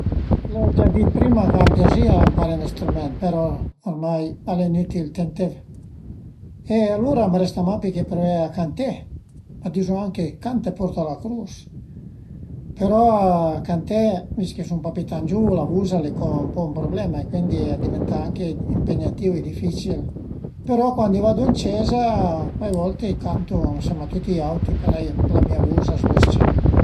L'ai gia dit prima ch'a m'piazerìa ëmparé ün strüment però ormai al e inütil tenté e alura a m'resta mach che pruvé a canté, a dizu anche canta e porta la crus, però canté vist che sun pa pi tant giuvu, la vus al e co ën po ün problema e cuindi a diventa anche impegnatìu e dificil, però cuandi vadu ën cieza cuai volte cantu ënsema a tüti i auti, parei la mia vus a së mës-cia